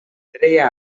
treia